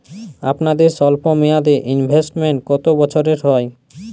আপনাদের স্বল্পমেয়াদে ইনভেস্টমেন্ট কতো বছরের হয়?